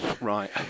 Right